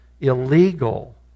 illegal